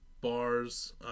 bars